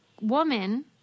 woman